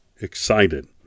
Excited